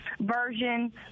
version